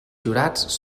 jurats